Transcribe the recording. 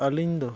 ᱟᱹᱞᱤᱧ ᱫᱚ